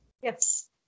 Yes